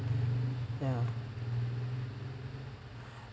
ya